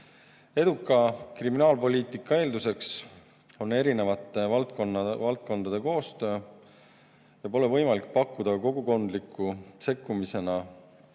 kriminaalpoliitika eelduseks on erinevate valdkondade koostöö. Pole võimalik pakkuda kogukondliku sekkumisena